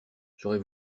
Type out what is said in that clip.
j’aurais